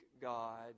God